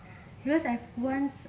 because I have once